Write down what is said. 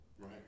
Right